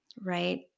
right